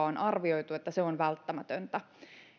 on arvioitu että tämä kolme viikkoa on välttämätöntä